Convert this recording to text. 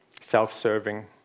self-serving